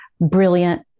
brilliant